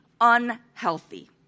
unhealthy